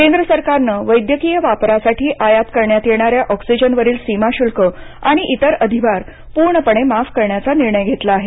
केंद्र सरकारनं वैद्यकीय वापरासाठी आयात करण्यात येणाऱ्या ऑक्सिजनवरील सीमाशुल्क आणि इतर अधिभार पूर्णपणे माफ करण्याचा निर्णय घेतला आहे